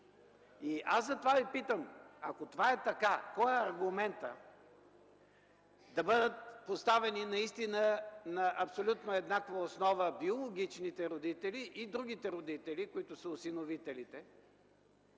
Аз затова Ви питам – ако това е така, кой е аргументът да бъдат поставени наистина на абсолютно еднаква основа биологичните родители и другите родители, които са осиновителите?